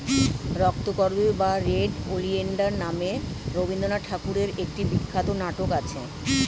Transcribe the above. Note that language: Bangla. রক্তকরবী বা রেড ওলিয়েন্ডার নামে রবিন্দ্রনাথ ঠাকুরের একটি বিখ্যাত নাটক আছে